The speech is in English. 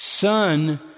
Son